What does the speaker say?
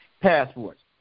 passports